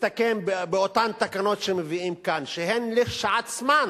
שמסתכם באותן תקנות שמביאים כאן, שהן כשלעצמן